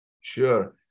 Sure